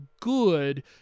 good